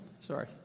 Sorry